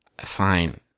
Fine